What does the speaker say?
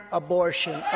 abortion